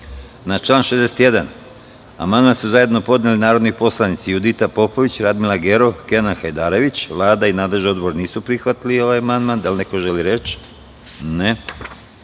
član 61. amandman su zajedno podneli narodni poslanici Judita Popović, Radmila Gerov i Kenan Hajdarević. Vlada i nadležni odbor nisu prihvatili ovaj amandman. Da li neko želi reč?